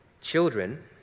children